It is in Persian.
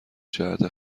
جهت